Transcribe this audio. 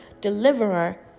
deliverer